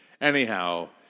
Anyhow